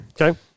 Okay